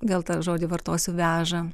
vėl tą žodį vartosiu veža